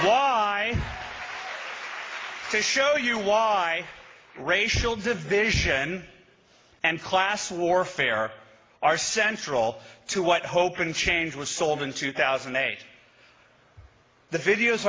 why to show you why racial division and class warfare are central to what hope and change was sold in two thousand and eight the videos